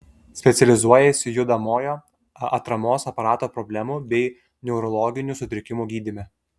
specializuojasi judamojo atramos aparato problemų bei neurologinių sutrikimų gydyme